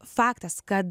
faktas kad